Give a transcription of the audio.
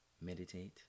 meditate